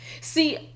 See